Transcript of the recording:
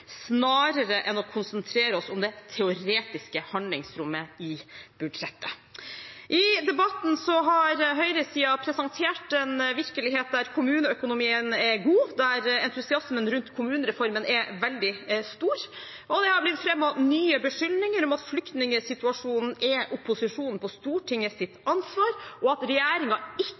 enn å konsentrere seg om det teoretiske handlingsrommet i budsjettet. I debatten har høyresiden presentert en virkelighet der kommuneøkonomien er god, og der entusiasmen rundt kommunereformen er veldig stor. Det har blitt fremmet nye beskyldninger om at flyktningsituasjonen er opposisjonen på Stortingets ansvar, og at regjeringen ikke